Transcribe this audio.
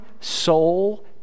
soul